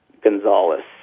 Gonzalez